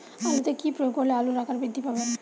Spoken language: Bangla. আলুতে কি প্রয়োগ করলে আলুর আকার বৃদ্ধি পাবে?